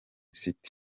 city